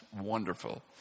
wonderful